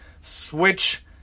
Switch